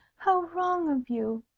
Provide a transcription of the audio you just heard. how wrong of you!